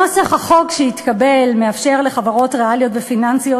נוסח החוק שהתקבל מאפשר לחברות ריאליות ופיננסיות